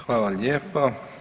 Hvala lijepo.